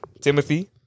Timothy